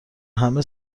همه